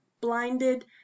blinded